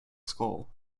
skull